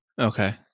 Okay